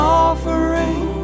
offering